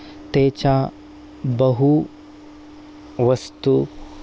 ते च बहु वस्तु